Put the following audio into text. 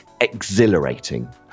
Exhilarating